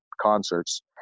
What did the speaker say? concerts